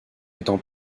étant